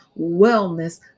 wellness